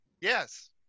Yes